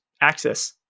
access